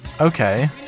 Okay